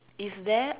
is there